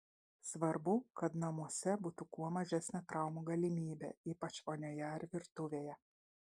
svarbu kad namuose būtų kuo mažesnė traumų galimybė ypač vonioje ar virtuvėje